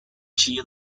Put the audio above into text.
chi